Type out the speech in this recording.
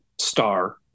star